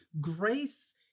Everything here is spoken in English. grace